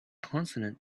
consonant